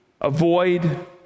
avoid